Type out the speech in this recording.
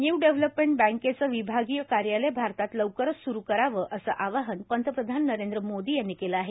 new development बँकेचं विभागीय कार्यालय भारतात लवकर स्रु करावंए असं आवाहन पंतप्रधान नरेंद्र मोदी यांनी केलं आहे